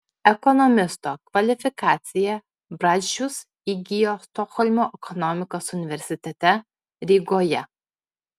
ekonomisto kvalifikaciją brazdžius įgijo stokholmo ekonomikos universitete rygoje